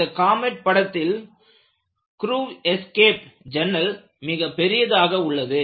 இந்த காமெட் படத்தில் crew escape ஜன்னல் மிக பெரியதாக உள்ளது